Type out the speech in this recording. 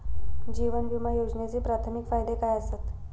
जीवन विमा योजनेचे प्राथमिक फायदे काय आसत?